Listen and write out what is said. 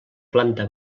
planta